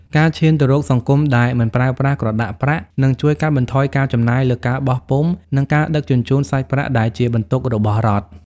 ការឈានទៅរកសង្គមដែលមិនប្រើប្រាស់ក្រដាសប្រាក់នឹងជួយកាត់បន្ថយការចំណាយលើការបោះពុម្ព និងការដឹកជញ្ជូនសាច់ប្រាក់ដែលជាបន្ទុករបស់រដ្ឋ។